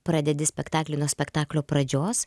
pradedi spektaklį nuo spektaklio pradžios